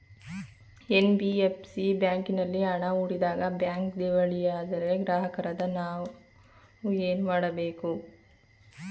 NBFC ಬ್ಯಾಂಕಿನಲ್ಲಿ ಹಣ ಹೂಡಿದಾಗ ಬ್ಯಾಂಕ್ ದಿವಾಳಿಯಾದರೆ ಗ್ರಾಹಕರಾದ ನಾವು ಏನು ಮಾಡಬೇಕು?